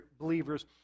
believers